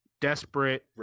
desperate